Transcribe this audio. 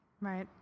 right